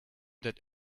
that